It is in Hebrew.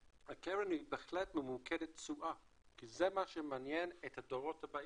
הקרן בהחלט ממוקדת תשואה כי זה מה שמעניין את הדורות הבאים,